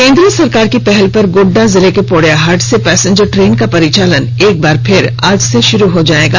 केंद्र सरकार की पहल पर गोड्डा जिला के पोड़ैयाहाट से पैसेंजर ट्रेन का परिचालन एक बार फिर आज से शुरू हो जाएगा